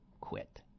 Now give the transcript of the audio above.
quit